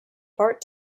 part